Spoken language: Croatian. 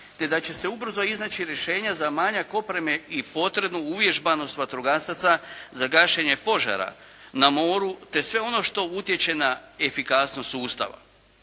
te da će ubrzo iznaći rješenja za manjak opreme i potrebnu uvježbanost vatrogasaca za gašenje požara na moru, te sve ono što utječe na efikasnost sustava.